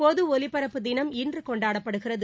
பொதுஒலிபரப்பு தினம் இன்றுகொண்டாடப்படுகிறது